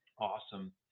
awesome